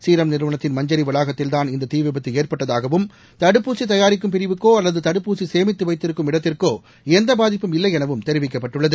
serum நிறுவனத்தின் மஞ்சரி வளாகத்தில் தான் இந்த தீ விபத்து ஏற்பட்டதாகவும் தடுப்பூசி தயாரிக்கும் பிரிவுக்கோ அல்லது தடுப்பூசி சேமித்து வைத்திருக்கும் இடத்திற்கோ எந்த பாதிப்பு இல்லை எனவும் தெரிவிக்கப்பட்டுள்ளது